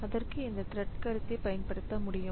அதற்கு இந்த த்ரெட் கருத்தை பயன்படுத்த முடியும்